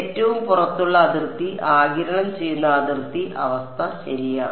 ഏറ്റവും പുറത്തുള്ള അതിർത്തി ആഗിരണം ചെയ്യുന്ന അതിർത്തി അവസ്ഥ ശരിയാണ്